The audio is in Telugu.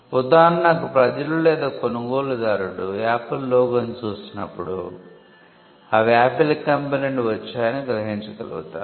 ఉదాహరణకు ప్రజలు లేదా కొనుగోలుదారుడు ఆపిల్ లోగోను చూసినప్పుడు అవి ఆపిల్ కంపెనీ నుండి వచ్చాయని గ్రహించగలుగుతారు